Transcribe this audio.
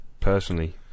personally